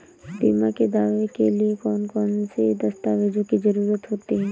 बीमा के दावे के लिए कौन कौन सी दस्तावेजों की जरूरत होती है?